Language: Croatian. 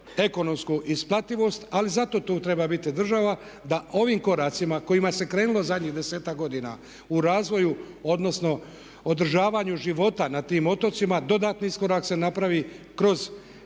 ekonomsku isplativost. Ali zato tu treba biti država da ovim koracima kojima se krenulo zadnjih 10-ak godina u razvoju, odnosno održavanju života na tim otocima dodatni iskorak se napravi kroz